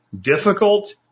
difficult